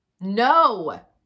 No